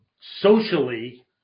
socially